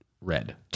red